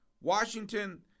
Washington